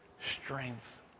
strength